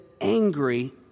angry